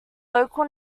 local